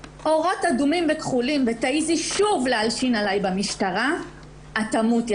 אורות אדומים וכחולים ותעזי שוב להלשין עליי במשטרה את תמותי,